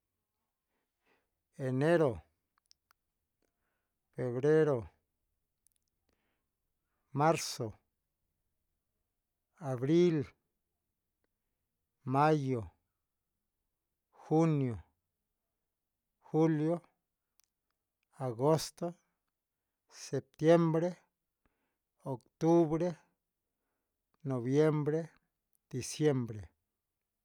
Enero, febrero, marzo, abril, mayo, junio, julio, agosto, septiembre, octubre, noviembre, diciembre.